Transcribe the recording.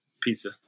Pizza